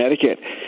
Connecticut